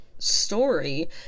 story